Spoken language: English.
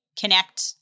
connect